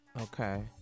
Okay